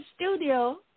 studio